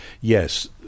yes